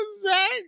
Zach